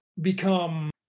become